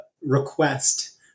request